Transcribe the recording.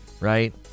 right